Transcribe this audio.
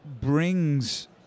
brings